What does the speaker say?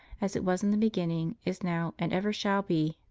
as it was in the beginning, is now, and ever shall be,